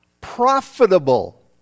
profitable